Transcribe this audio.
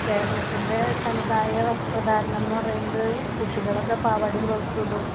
കേരളത്തിൻ്റെ തനതായ വസ്ത്രധാരണം എന്ന് പറയുന്നത് കുട്ടികളൊക്കെ പാവാടയും ബ്ലൗസും ഇടും